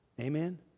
Amen